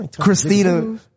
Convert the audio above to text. Christina